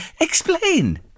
Explain